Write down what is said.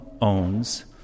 owns